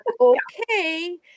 okay